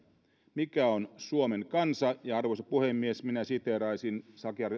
mikä on suomen kansa ja arvoisa puhemies minä siteeraisin